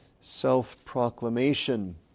self-proclamation